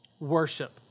Worship